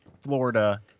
Florida